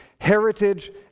Heritage